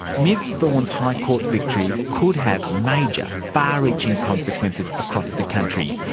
ms thorne's high court victory could have major, far-reaching consequences across the country.